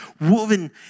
woven